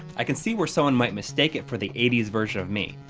i can see where someone might mistake it for the eighty s version of me,